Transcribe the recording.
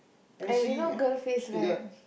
and you know girl face right